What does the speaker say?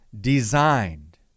designed